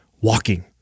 walking